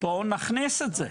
בואו נכניס את זה.